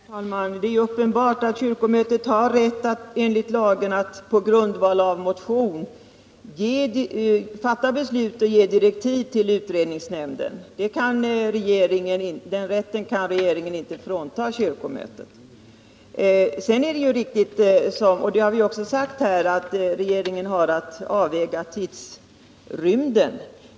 Herr talman! Det är uppenbart att kyrkomötet har rätt enligt lagen att på grundval av motion fatta beslut och ge direktiv till utredningsnämnden. Den rätten kan regeringen inte frånta kyrkomötet. Sedan är det riktigt — och det har jag också sagt — att regeringen har att avväga tidrymden.